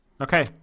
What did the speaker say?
Okay